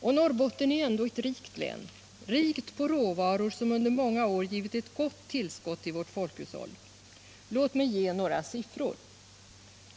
Och Norrbotten är ändå ett rikt län — rikt på råvaror som under många år har givit ett gott tillskott till vårt folkhushåll. Låt mig ge några siffror.